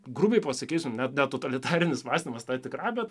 grubiai pasakysiu net ne totalitarinis mąstymas tai tikra bet